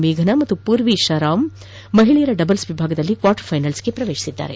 ಮೇಘನಾ ಮತ್ತು ಪೂರ್ವಿಶಾರಾಮ್ ಮಹಿಳೆಯರ ಡಬಲ್ಪ್ ವಿಭಾಗದಲ್ಲಿ ಕ್ವಾರ್ಟರ್ ಫೈನಲ್ ಹಂತ ತಲುಪಿದ್ದಾರೆ